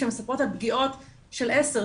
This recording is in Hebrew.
שמספרות על פגיעות של 10,